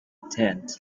tent